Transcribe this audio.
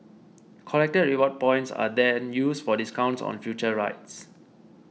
collected reward points are then used for discounts on future rides